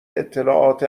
اطلاعات